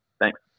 Thanks